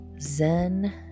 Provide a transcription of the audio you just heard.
zen